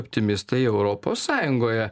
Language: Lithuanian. optimistai europos sąjungoje